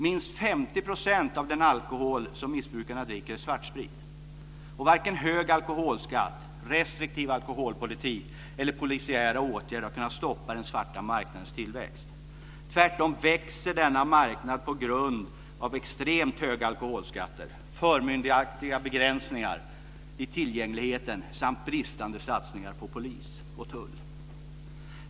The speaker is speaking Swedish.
Minst 50 % av den alkohol som missbrukarna dricker är svartsprit. Varken hög alkoholskatt, restriktiv alkoholpolitik eller polisiära åtgärder har kunnat stoppa den svarta marknadens tillväxt. Tvärtom växer denna marknad på grund av extremt höga alkoholskatter, förmyndaraktiga begränsningar i tillgängligheten samt bristande satsningar på polis och tull.